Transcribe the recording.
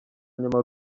nyuma